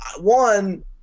one